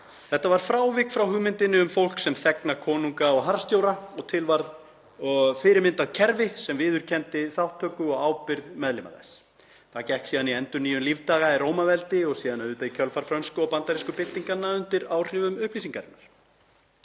Þetta var frávik frá hugmyndinni um fólk sem þegna konunga og harðstjóra og til varð fyrirmyndarkerfi sem viðurkenndi þátttöku og ábyrgð meðlima þess. Það gekk síðan í endurnýjun lífdaga í Rómaveldi og síðan auðvitað í kjölfar frönsku og bandarísku byltinganna undir áhrifum upplýsingarinnar.